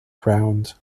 ground